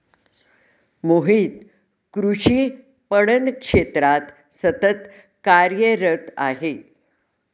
मोहित कृषी पणन क्षेत्रात सतत कार्यरत आहे